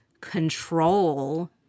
control